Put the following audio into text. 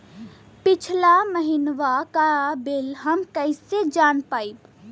पिछला महिनवा क बिल हम कईसे जान पाइब?